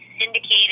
syndicated